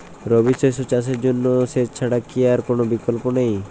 রবি শস্য চাষের জন্য সেচ ছাড়া কি আর কোন বিকল্প নেই?